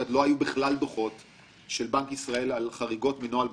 יש אצלכם חריגות,